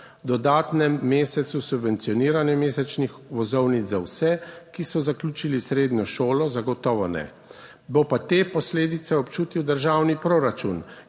Dodatnem mesecu subvencioniranja mesečnih vozovnic za vse, ki so zaključili srednjo šolo, zagotovo ne. Bo pa te posledice občutil državni proračun,